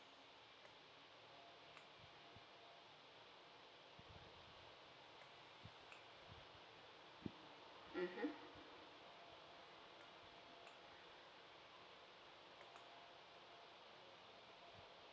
mmhmm